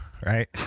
right